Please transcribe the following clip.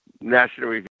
national